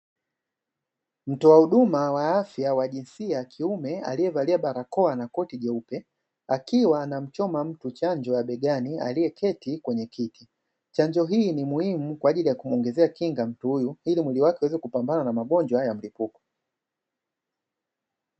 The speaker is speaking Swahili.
Mtoa huduma wa afya wa jinsia ya kiume aliyevalia barakoa na koti jeupe, akiwa na anamchoma mtu chanjo ya begani aliyeketi kwenye kiti, chanjo hii ni muhimu kwa ajili ya kumuongezea kinga mtu huyu, ili mwili wake uweze kupambana na magonjwa ya mlipuko.